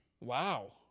Wow